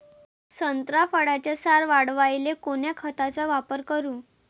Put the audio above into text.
संत्रा फळाचा सार वाढवायले कोन्या खताचा वापर करू?